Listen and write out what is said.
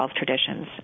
traditions